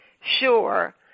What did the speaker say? sure